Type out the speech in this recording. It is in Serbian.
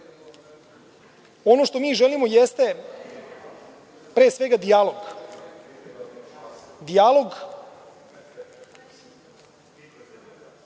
što mi želimo jeste, pre svega dijalog. Dijalog